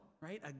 right